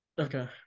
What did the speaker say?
Okay